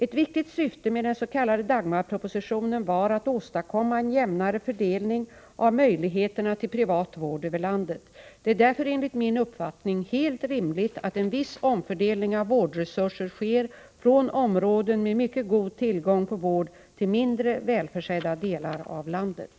Ett viktigt syfte med den s.k. Dagmarpropositionen var att åstadkomma en jämnare fördelning av möjligheterna till privat vård över landet. Det är därför enligt min uppfattning helt rimligt att en viss omfördelning av vårdresurser sker från områden med mycket god tillgång på vård till mindre välförsedda delar av landet.